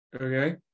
Okay